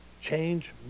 change